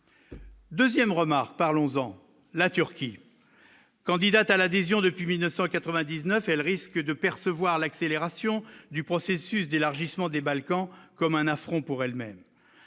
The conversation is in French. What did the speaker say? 2ème remarque parlons-en la Turquie candidate à l'adhésion depuis 1999, elle risque de percevoir l'accélération du processus d'élargissement des Balkans comme un affront pour elles-mêmes,